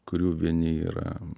kurių vieni yra